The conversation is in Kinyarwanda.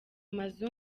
mazu